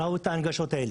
הם ראו את כל ההנגשות האלה.